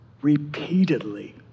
repeatedly